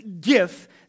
gift